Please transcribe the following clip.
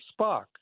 Spock